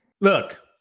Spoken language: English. Look